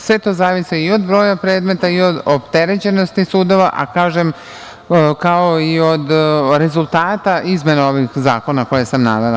Sve to zavisi i od broja predmeta i od opterećenosti sudova, kao i od rezultata izmena ovih zakona koje sam navela.